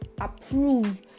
approve